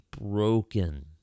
broken